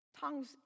tongues